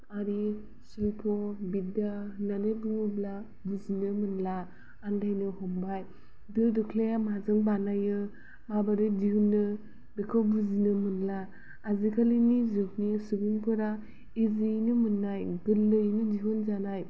आरि शिल्प' बिद्या होन्नानै बुङोब्ला बुजिनो मोनला आन्दायनो हमबाय दो दोख्लाया माजों बानायो माबोरै दिहुनो बेखौ बुजिनो मोनला आजिखालिनि जुगनि सुबुंफोरा इजियैनो मोन्नाय गोरलैयैनो दिहुनजानाय